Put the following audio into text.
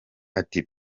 ati